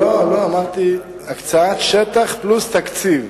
אמרתי: הקצאת שטח פלוס תקציב.